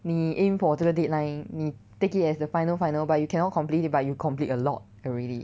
你 aim for 这个 deadline 你 take it as the final final but you cannot complete it but you complete a lot already